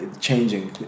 changing